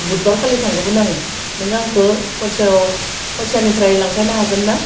बुधबार खालि थांगौमोन आङो नों आंखो हरसेआव खरसेननिफ्राय लांफैनो हागोन ना